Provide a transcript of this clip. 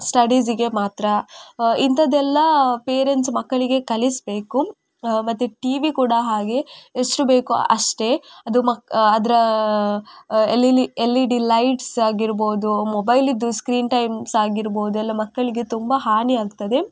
ಸ್ಟಡೀಸ್ಗೆ ಮಾತ್ರ ಇಂಥದ್ದೆಲ್ಲ ಪೇರೆಂಟ್ಸ್ ಮಕ್ಕಳಿಗೆ ಕಲಿಸಬೇಕು ಮತ್ತೆ ಟಿವಿ ಕೂಡ ಹಾಗೆ ಎಷ್ಟು ಬೇಕೋ ಅಷ್ಟೇ ಅದು ಮಕ್ ಅದರ ಎಲಿಲಿ ಎಲ್ ಇ ಡಿ ಲೈಟ್ಸ್ ಆಗಿರ್ಬೋದು ಮೊಬೈಲಿದ್ದು ಸ್ಕ್ರೀನ್ ಟೈಮ್ಸ್ ಆಗಿರ್ಬೋದು ಎಲ್ಲ ಮಕ್ಕಳಿಗೆ ತುಂಬ ಹಾನಿ ಆಗ್ತದೆ